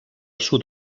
sud